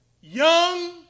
young